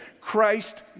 Christ